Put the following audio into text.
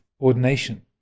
ordination